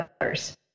others